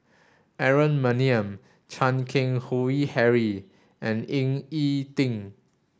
Aaron Maniam Chan Keng Howe Harry and Ying E Ding